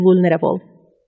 vulnerable